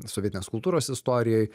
sovietinės kultūros istorijai